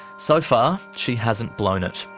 so far, she hasn't blown it.